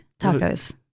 Tacos